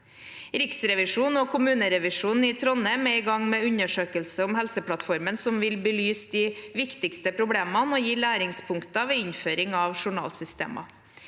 Riksrevisjonen og kommunerevisjonen i Trondheim er i gang med en undersøkelse om Helseplattformen som vil belyse de viktigste problemene og gi læringspunkter ved innføring av journalsystemer.